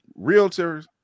Realtors